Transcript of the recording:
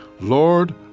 Lord